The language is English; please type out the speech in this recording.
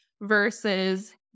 versus